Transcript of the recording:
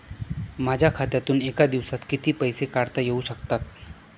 माझ्या खात्यातून एका दिवसात किती पैसे काढता येऊ शकतात?